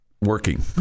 working